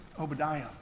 Obadiah